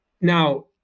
Now